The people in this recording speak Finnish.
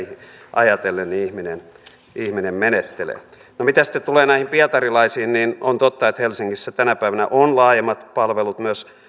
ajatellen ihminen näin menettelee no mitä sitten tulee näihin pietarilaisiin niin on totta että helsingissä tänä päivänä on laajemmat palvelut myös